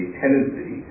tendency